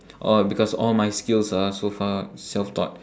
oh because all my skills are so far self taught